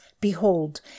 behold